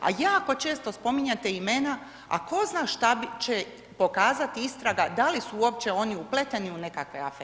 A jako često spominjate imena, a tko zna što će pokazati istraga, da li su opće oni upleteni u nekakve afere.